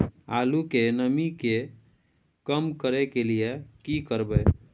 आलू के नमी के कम करय के लिये की करबै?